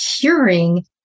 Curing